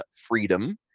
freedom